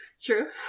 True